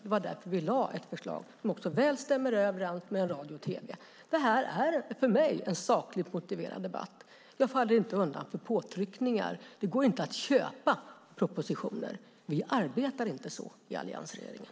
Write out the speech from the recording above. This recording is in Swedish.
Det var därför vi lade fram ett förslag som stämmer väl överens med radio och tv. Det här är för mig en sakligt motiverad debatt. Jag faller inte undan för påtryckningar. Det går inte att köpa propositioner. Vi arbetar inte så i alliansregeringen.